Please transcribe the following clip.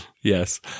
yes